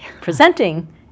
presenting